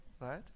Right